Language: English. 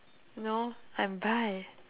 no I'm bi